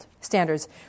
standards